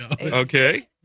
Okay